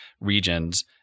regions